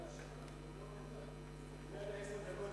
עשר דקות,